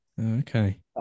Okay